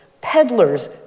peddlers